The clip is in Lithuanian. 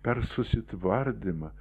per susitvardymą